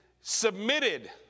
submitted